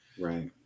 right